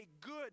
good